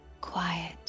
quiet